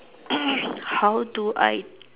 how do I